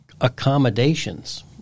accommodations